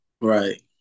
Right